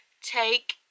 take